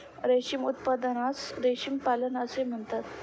रेशीम उत्पादनास रेशीम पालन असे म्हणतात